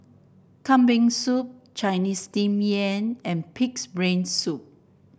Kambing Soup Chinese Steamed Yam and pig's brain soup